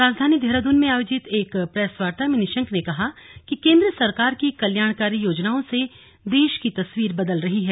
राजधानी देहरादून में आयोजित एक प्रेसवार्ता में निशंक ने कहा कि केंद्र सरकार की कल्याणकारी योजनाओं से देश की तस्वीर बदल रही है